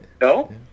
no